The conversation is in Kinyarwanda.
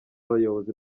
abayobozi